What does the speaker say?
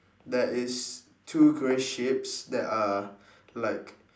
there is two grey sheeps that are like